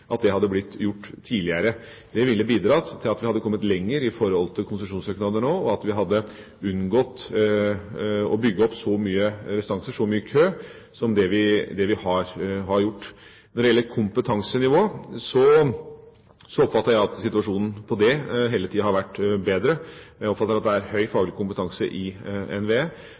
til konsesjonsbehandling, hadde blitt gjort tidligere. Det ville bidratt til at vi hadde kommet lenger i forhold til konsesjonssøknader nå, og at vi hadde unngått å bygge opp så mye restanser, så mye kø, som det vi har gjort. Når det gjelder kompetansenivået, oppfatter jeg at situasjonen der hele tida har vært bedre. Jeg oppfatter at det er høy faglig kompetanse i NVE,